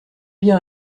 bien